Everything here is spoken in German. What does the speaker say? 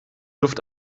luft